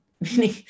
meaning